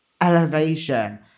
elevation